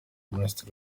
minisitiri